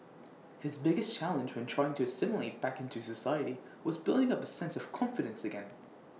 his biggest challenge when trying to assimilate back into society was building up A sense of confidence again